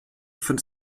von